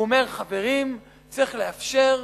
הוא אומר: חברים, צריך לאפשר,